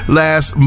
last